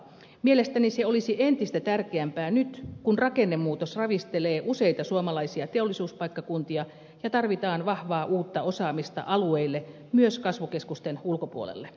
mielestäni se olisi entistä tärkeämpää nyt kun rakennemuutos ravistelee useita suomalaisia teollisuuspaikkakuntia ja tarvitaan vahvaa uutta osaamista alueille myös kasvukeskusten ulkopuolella